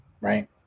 right